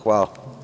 Hvala.